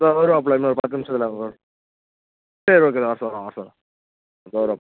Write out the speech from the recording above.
இதோ வருவாப்பில இன்னும் ஒரு பத்து நிமிஷத்தில் அங்கே வரு சரி ஓகே நான் வர சொல்லுறேன் வர சொல்லுறேன் இதோ வருவாப்